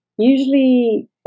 Usually